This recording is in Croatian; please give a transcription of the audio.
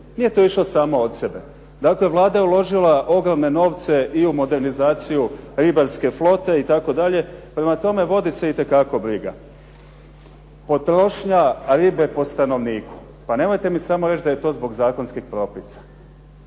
Nije to išlo samo od sebe. Dakle, Vlada je uložila ogromne novce i u modernizaciju ribarske flote itd. prema tome vodi se itekako briga. Potrošnja ribe po stanovniku. Pa nemojte mi samo reći da je to zbog zakonskih propisa.